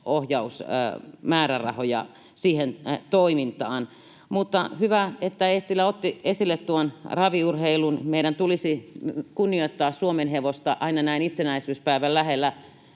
kuntoutusohjausmäärärahoja siihen toimintaan. Mutta hyvä, että Eestilä otti esille tuon raviurheilun. Meidän tulisi kunnioittaa suomenhevosta aina näin itsenäisyyspäivän lähellä.